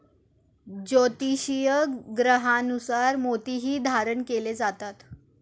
ज्योतिषीय ग्रहांनुसार मोतीही धारण केले जातात